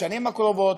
בשנים הקרובות,